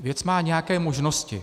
Věc má nějaké možnosti.